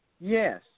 Yes